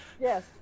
Yes